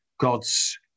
God's